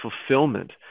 fulfillment